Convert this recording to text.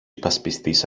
υπασπιστής